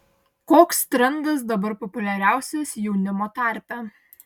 koks trendas dabar populiariausias jaunimo tarpe